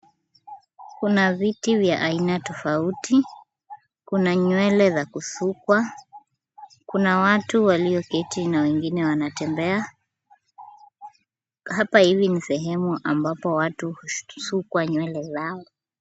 Kuna viti vya aina tofauti, kuna nywele za kusukwa kuna watu walioketi na wengine wanatembea hapa hivi ni sehemu ambapo watu husukwa nywele zao.